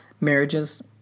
marriages